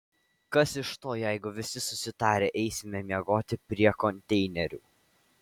kas iš to jeigu visi susitarę eisime miegoti prie konteinerių